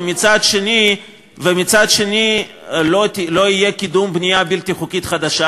ומצד שני לא יהיה קידום בנייה בלתי חוקית חדשה.